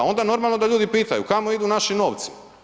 Onda normalno da ljudi pitaju kamo idu naši novci.